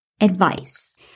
advice